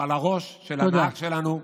על הראש של הנהג שלנו.